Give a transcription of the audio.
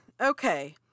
Okay